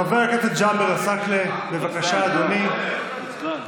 חבר הכנסת ג'אבר עסאקלה, בבקשה, אדוני,